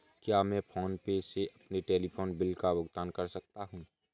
क्या मैं PhonePe से अपने टेलीफोन बिल का भुगतान कर सकता हूँ?